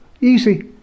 Easy